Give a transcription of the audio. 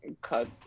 cut